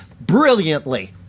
brilliantly